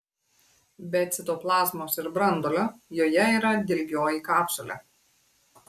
be citoplazmos ir branduolio joje yra dilgioji kapsulė